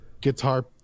guitar